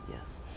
yes